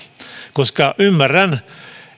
koska ymmärrän